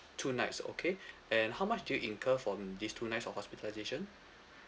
two nights okay and how much did you incur from these two nights for hospitalisation